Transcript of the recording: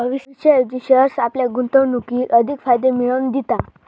भविष्याऐवजी शेअर्स आपल्या गुंतवणुकीर अधिक फायदे मिळवन दिता